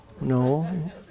No